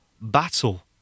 battle